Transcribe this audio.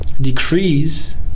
decrease